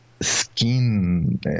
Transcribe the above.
skin